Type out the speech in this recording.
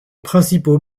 principaux